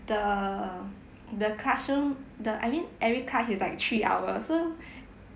the the classroom the I mean every class is like three hour so